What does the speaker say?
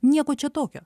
nieko čia tokio